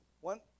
One